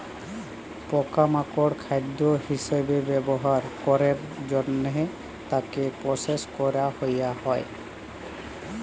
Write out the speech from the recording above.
পকা মাকড় খাদ্য হিসবে ব্যবহার ক্যরের জনহে তাকে প্রসেস ক্যরা হ্যয়ে হয়